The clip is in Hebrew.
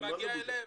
אני מגיע אליהם,